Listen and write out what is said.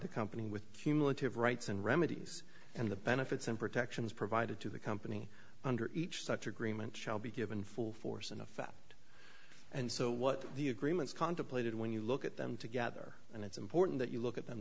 the company with humility of rights and remedies and the benefits and protections provided to the company under each such agreement shall be given full force in effect and so what the agreements contemplated when you look at them together and it's important that you look at them